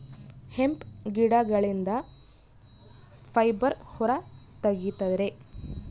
hemp ಗಿಡಗಳಿಂದ fibre ಹೊರ ತಗಿತರೆ